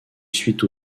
suite